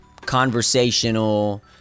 conversational